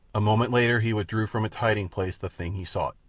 a moment later he withdrew from its hiding-place the thing he sought.